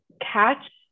catch